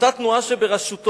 אותה תנועה שבראשותו